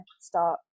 start